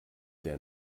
der